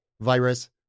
virus